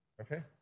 Okay